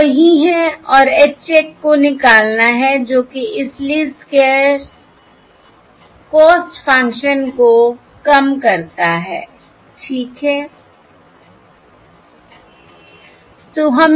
यह वही है और H चेक को निकालना है जो कि इस लीस्ट स्क्वेयर्स कॉस्ट फंक्शन को कम करता है ठीक है